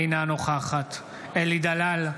אינה נוכחת אלי דלל,